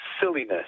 silliness